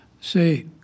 say